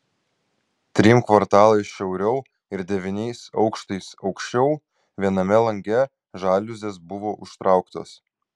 trim kvartalais šiauriau ir devyniais aukštais aukščiau viename lange žaliuzės buvo užtrauktos